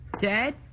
Dad